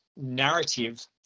narrative